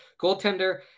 goaltender